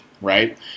right